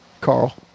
Carl